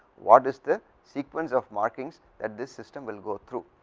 what is the sequenceof markings that the system will go threw,